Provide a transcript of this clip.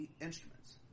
instruments